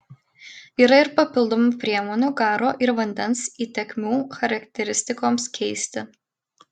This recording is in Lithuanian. yra ir papildomų priemonių garo ir vandens įtekmių charakteristikoms keisti